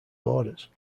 borders